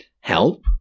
Help